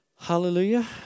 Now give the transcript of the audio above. hallelujah